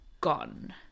gone